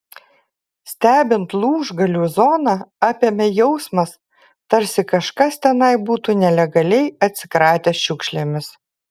stebint lūžgalių zoną apėmė jausmas tarsi kažkas tenai būtų nelegaliai atsikratęs šiukšlėmis